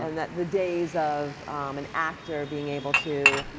and that the days of an actor being able to